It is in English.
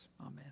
Amen